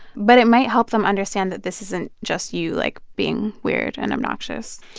but it might help them understand that this isn't just you, like, being weird and obnoxious.